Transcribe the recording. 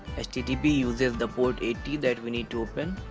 ah http uses the port eighty that we need to open.